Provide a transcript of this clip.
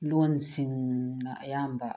ꯂꯣꯟꯁꯤꯡꯅ ꯑꯌꯥꯝꯕ